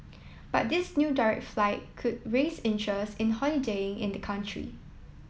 but this new direct flight could raise interest in holiday in the country